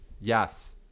yes